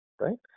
right